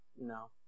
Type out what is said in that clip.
No